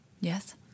yes